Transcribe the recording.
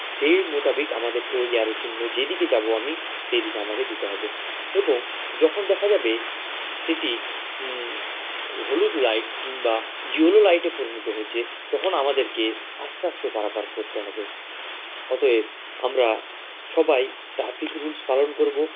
সেই মোতাবিক আমাদেরকে ওই অ্যারো চিহ্ন যেদিকে যাব আমি সেই দিকে আমাকে যেতে হবে এবং যখন দেখা যাবে সেটি হলুদ লাইট কিংবা ইয়লো লাইটে পরিণত হয়েছে তখন আমাদেরকে আস্তে আস্তে পারাপার করতে হবে অতএব আমরা সবাই ট্রাফিক রুলস পালন করব